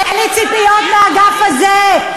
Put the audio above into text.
אין לי ציפיות מהאגף הזה.